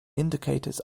indicators